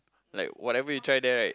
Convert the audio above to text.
like whatever you try there right